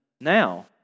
now